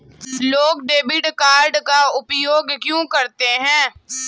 लोग debit card का उपयोग क्यों करते हैं?